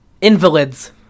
Invalids